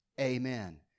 Amen